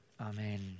Amen